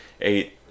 eight